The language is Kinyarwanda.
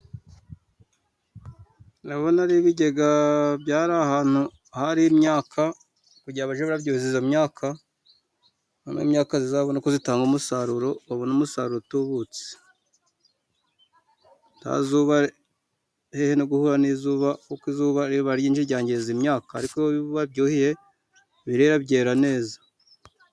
Ndabona ari ibigega byari ahantu hari imyaka, kugira ngo bajye babyuhiza iyo myaka, hanyuma iyo myaka izabone uko itanga umusaruro babone umusaruro utubutse, hehe no guhura n'izuba, kuko izuba iyo ribaye ryinshi ryangiza imyaka, ariko iyo babyuhiye birera byera neza.